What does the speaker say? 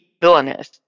villainess